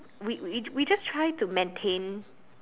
we we we just try to maintain